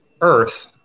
earth